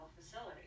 facility